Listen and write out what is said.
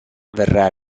verrà